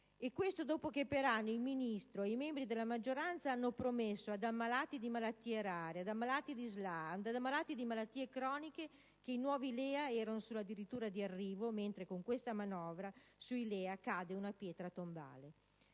Questo dopo che, per anni, il Ministro e i membri della maggioranza hanno promesso agli ammalati di malattie rare, di SLA, di malattie croniche che i nuovi LEA erano sulla dirittura d'arrivo, mentre con questa manovra sui LEA cade una pietra tombale.